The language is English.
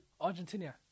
Argentina